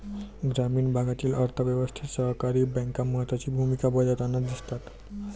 ग्रामीण भागातील अर्थ व्यवस्थेत सहकारी बँका महत्त्वाची भूमिका बजावताना दिसतात